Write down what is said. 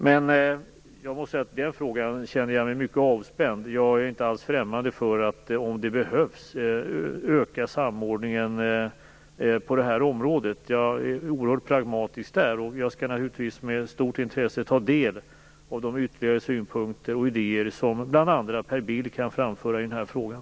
Men jag måste säga att jag i denna fråga känner mig mycket avspänd. Jag är inte alls främmande för att om det behövs öka samordningen på det här området. Jag är oerhört pragmatisk där, och skall naturligtvis med stort intresse ta del av de ytterligare synpunkter och idéer som bl.a. Per Bill kan framföra i den här frågan.